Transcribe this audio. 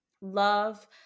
Love